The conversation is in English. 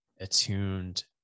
attuned